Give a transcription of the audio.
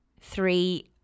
three